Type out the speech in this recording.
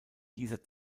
dieser